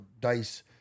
Dice